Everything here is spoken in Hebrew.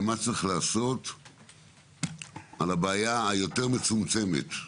מה צריך לעשות בעניין הבעיה היותר מצומצמת,